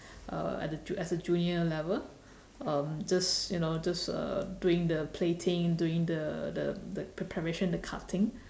uh at a as a junior level um just you know just uh doing the plating doing the the the preparation the cutting